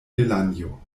delanjo